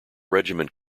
regiment